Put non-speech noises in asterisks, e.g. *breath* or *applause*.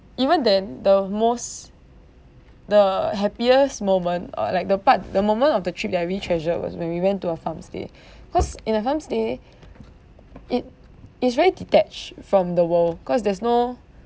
even the the most the happiest moment uh like the part the moment of the trip that I really treasure was when we went to a farm stay *breath* cause in a farm stay *breath* it it's very detached from the world cause there's no